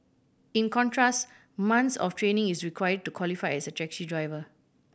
in contrast months of training is required to qualify as a taxi driver